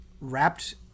wrapped